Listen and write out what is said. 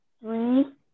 Three